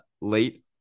late